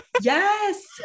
Yes